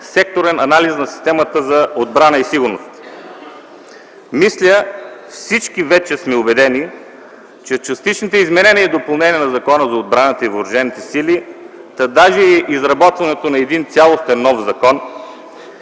секторен анализ на системата за отбрана и сигурност. Мисля, всички вече сме убедени, че частичните изменения и допълнения на Закона за отбраната и въоръжените сили, та даже и изработването на един цялостен нов закон,